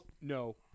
No